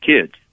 kids